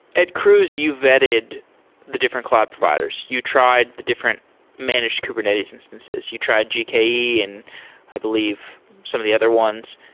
at cruise you vetted the different cloud providers. you tried different managed kubernetes instances. you tried jke and i believe some of the other ones.